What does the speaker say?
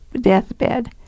deathbed